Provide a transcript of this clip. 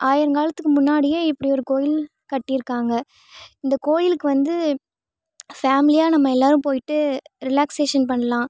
ஆயிரங்காலத்துக்கு முன்னாடியே இப்படி ஒரு கோயில் கட்டியிருக்காங்க இந்த கோயிலுக்கு வந்து ஃபேமிலியாக நம்ம எல்லாரும் போய்ட்டு ரிலேக்சேஷன் பண்ணலாம்